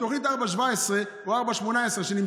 תוכנית 4/17 או 4/18,